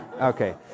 okay